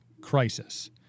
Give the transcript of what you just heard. crisis